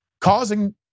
causing